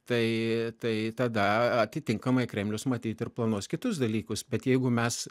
tai tai tada atitinkamai kremlius matyt ir planuos kitus dalykus bet jeigu mes